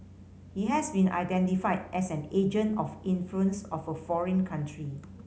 he has been identified as an agent of influence of a foreign country